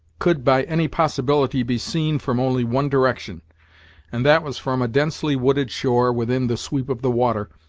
could by any possibility be seen from only one direction and that was from a densely wooded shore within the sweep of the water,